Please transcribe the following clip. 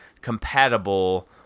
compatible